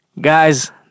Guys